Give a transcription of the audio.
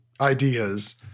ideas